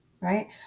right